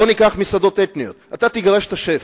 בוא ניקח מסעדות אתניות: אם תגרש את השף,